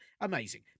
amazing